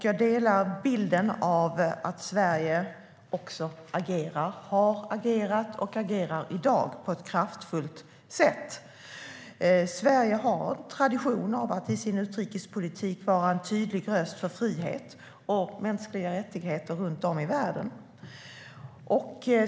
Jag delar också bilden att Sverige har agerat och i dag agerar på ett kraftfullt sätt. Sverige har en tradition att i sin utrikespolitik vara en tydlig röst för frihet och mänskliga rättigheter runt om i världen.